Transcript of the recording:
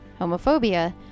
homophobia